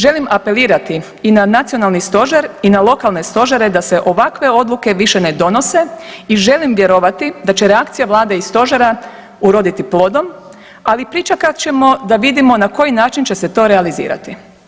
Želim apelirati i na Nacionalni stožer i na lokalne stožere da se ovakve odluke više ne donose i želim vjerovati da će reakcija vlade i stožera uroditi plodom, ali pričekat ćemo da vidimo na koji način će se to realizirati.